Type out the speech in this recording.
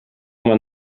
man